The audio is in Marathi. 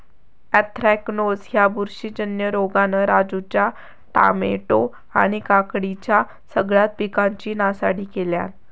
अँथ्रॅकनोज ह्या बुरशीजन्य रोगान राजूच्या टामॅटो आणि काकडीच्या सगळ्या पिकांची नासाडी केल्यानं